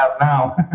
now